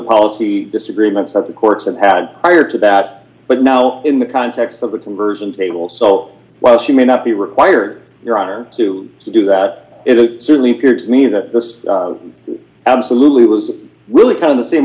policy disagreements that the courts have had fire to that but now in the context of the conversion table so while she may not be required your honor to do that it certainly appears to me that this absolutely was really kind of the same